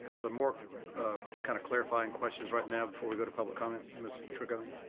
are there more kind of clarifying questions right now before we go to public comment? ms. tregoning.